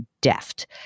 deft